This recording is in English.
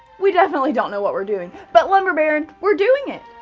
we definitely don't know what we're doing. but lumber baron, we're doing it.